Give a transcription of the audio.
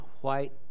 white